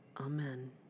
Amen